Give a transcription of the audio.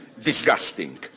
disgusting